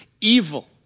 evil